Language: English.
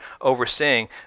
overseeing